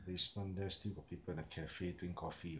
basement there still got people like cafe drink coffee [what]